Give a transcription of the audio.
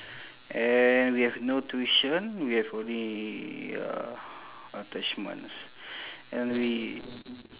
and we have no tuition we have only uh attachments and we